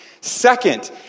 Second